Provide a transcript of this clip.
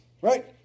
right